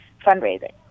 fundraising